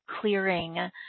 clearing